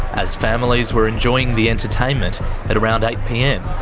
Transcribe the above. as families were enjoying the entertainment at around eight pm,